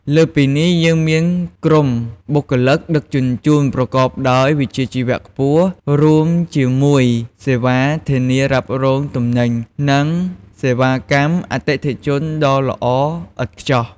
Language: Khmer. លើសពីនេះ យើងមានក្រុមបុគ្គលិកដឹកជញ្ជូនប្រកបដោយវិជ្ជាជីវៈខ្ពស់ រួមជាមួយសេវាធានារ៉ាប់រងទំនិញ និងសេវាកម្មអតិថិជនដ៏ល្អឥតខ្ចោះ។